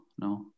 no